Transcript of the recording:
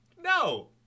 No